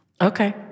Okay